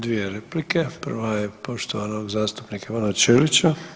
Dvije replike, prva je poštovanog zastupnika Ivana Ćelića.